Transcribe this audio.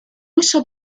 uso